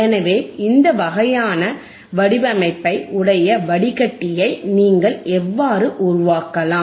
எனவே இந்த வகையான வடிவமைப்பை உடைய வடிகட்டியை நீங்கள் எவ்வாறு உருவாக்கலாம்